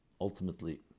ultimately